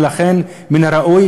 ולכן מן הראוי